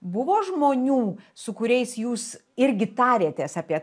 buvo žmonių su kuriais jūs irgi tarėtės apie tai